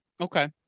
Okay